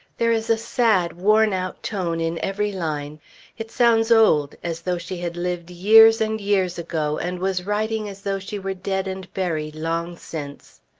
there is a sad, worn-out tone in every line it sounds old, as though she had lived years and years ago and was writing as though she were dead and buried long since.